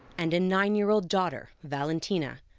and a nine year old daughter, valentina,